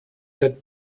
that